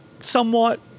somewhat